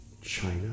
China